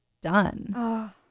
done